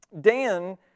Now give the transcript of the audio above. Dan